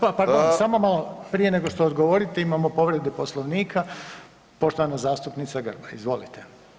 Pardon, samo malo, prije nego što odgovorite, imamo povredu Poslovnika, poštovana zastupnica Grba, izvolite.